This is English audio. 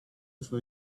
for